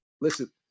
Listen